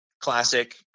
classic